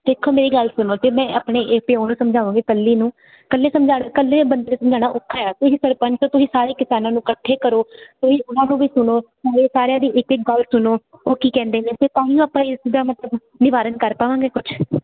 ਦੇਖੋ ਮੇਰੀ ਗੱਲ ਸੁਣੋ ਤੇ ਮੈਂ ਆਪਣੇ ਇਹ ਪਿਓ ਨੂੰ ਸਮਝਾਉਗੀ ਕੱਲੈ ਨੂੰ ਇਕੱਲੇ ਸਮਝਾ ਕੱਲੇ ਬੰਦੇ ਸਮਝਾਣਾ ਔਖਾ ਆ ਤੁਸੀਂ ਸਰਪੰਚ ਤੁਸੀਂ ਸਾਰੇ ਕਿਸਾਨਾਂ ਨੂੰ ਇਕੱਠੇ ਕਰੋ ਤੁਸੀਂ ਉਹਨਾਂ ਨੂੰ ਵੀ ਸੁਣੋ ਇਹ ਸਾਰਿਆਂ ਦੀ ਇੱਕ ਇੱਕ ਗੱਲ ਸੁਣੋ ਉਹ ਕੀ ਕਹਿੰਦੇ ਨੇ ਤੇ ਤਾਂਹੀ ਆਪਾਂ ਇਸ ਦਾ ਮਤਲਬ ਨਿਵਾਰਨ ਕਰ ਪਾਵਾਂਗੇ ਕੁਛ